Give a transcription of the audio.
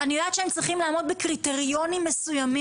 אני יודעת שהם צריכים לעמוד בקריטריונים מסוימים,